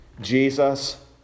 Jesus